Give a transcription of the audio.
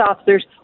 officers